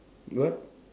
what